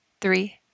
three